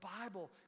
Bible